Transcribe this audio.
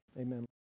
Amen